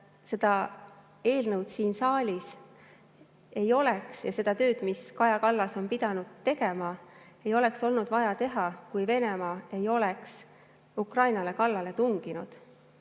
Seda eelnõu siin saalis ei oleks ja seda tööd, mida Kaja Kallas on pidanud tegema, ei oleks olnud vaja teha, kui Venemaa ei oleks Ukrainale kallale tunginud.